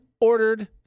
ordered